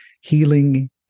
healing